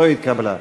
לא התקבלה.